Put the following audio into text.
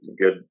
good